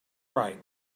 right